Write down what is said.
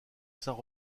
saint